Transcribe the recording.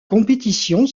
compétition